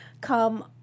come